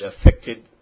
affected